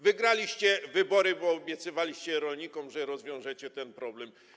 Wygraliście wybory, bo obiecywaliście rolnikom, że rozwiążecie ten problem.